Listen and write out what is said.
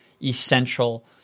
essential